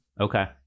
Okay